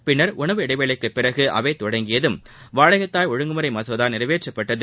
பின்னர் உணவு இடைவேளைக்கு பிறகு அவை தொடங்கியதும் வாடகை தாய் ஒழங்குமுறை மசோதா நிறைவேற்றப்பட்டது